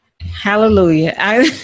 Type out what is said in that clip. hallelujah